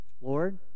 Lord